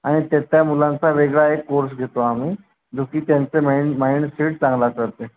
आणि त्या त्या मुलांचा वेगळा एक कोर्स घेतो आम्ही जो की त्यांचं माइंड माईंडसेट चांगला करते